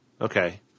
Okay